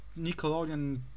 Nickelodeon